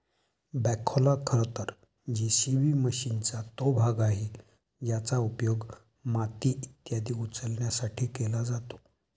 बॅखोला खरं तर जे.सी.बी मशीनचा तो भाग आहे ज्याचा उपयोग माती इत्यादी उचलण्यासाठी केला जातो